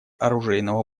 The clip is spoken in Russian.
оружейного